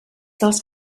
dels